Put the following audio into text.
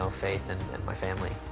so faith and my family.